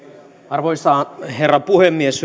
arvoisa herra puhemies